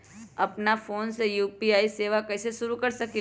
अपना फ़ोन मे यू.पी.आई सेवा कईसे शुरू कर सकीले?